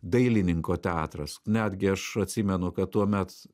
dailininko teatras netgi aš atsimenu kad tuomet